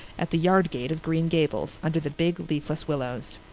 at the yard gate of green gables, under the big leafless willows.